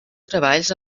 treballs